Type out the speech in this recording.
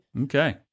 Okay